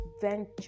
venture